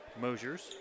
Mosier's